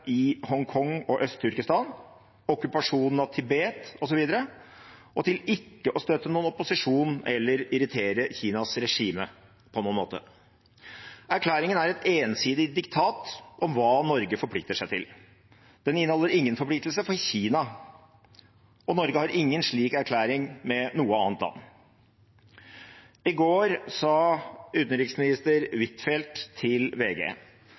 i Hongkong og Øst-Turkestan, okkupasjonen av Tibet osv., og til ikke å støtte noen opposisjon eller irritere Kinas regime på noen måte. Erklæringen er et ensidig diktat om hva Norge forplikter seg til. Den inneholder ingen forpliktelse for Kina, og Norge har ingen slik erklæring med noe annet land. I går sa utenriksminister Huitfeldt til VG